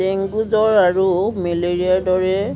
dengue জ্বৰ আৰু মেলেৰিয়াৰ দৰে